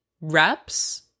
reps